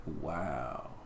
Wow